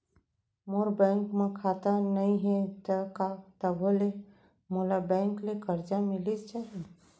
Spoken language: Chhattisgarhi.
मोर बैंक म खाता नई हे त का तभो ले मोला बैंक ले करजा मिलिस जाही?